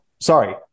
Sorry